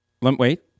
Wait